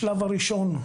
השלב הראשון,